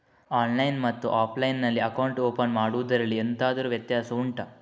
online ಮತ್ತು offline ನಲ್ಲಿ account open ಮಾಡುವುದರಲ್ಲಿ ಎಂತಾದರು ವ್ಯತ್ಯಾಸ ಉಂಟಾ